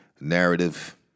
narrative